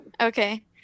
Okay